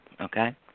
okay